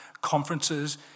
conferences